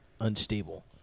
unstable